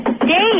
Dave